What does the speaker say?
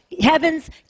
heaven's